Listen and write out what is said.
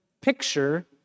picture